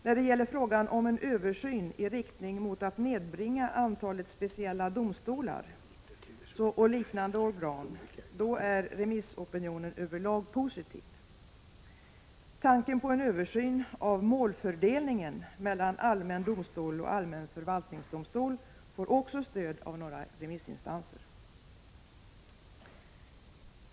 När det gäller frågan om en översyn i riktning mot att nedbringa antalet speciella domstolar och liknande organ är remissopinionen över lag positiv. Tanken på en översyn av målfördelningen mellan allmän domstol och allmän förvaltningsdomstol får också stöd av några remissinstanser.